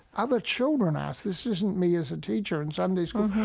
other children ask this isn't me as a teacher in sunday school.